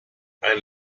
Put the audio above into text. ein